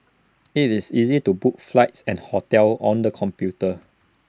IT is easy to book flights and hotels on the computer